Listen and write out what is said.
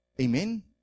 Amen